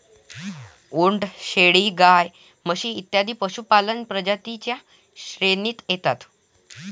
उंट, शेळी, गाय, म्हशी इत्यादी पशुपालक प्रजातीं च्या श्रेणीत येतात